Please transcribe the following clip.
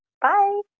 Bye